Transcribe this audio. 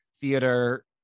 theater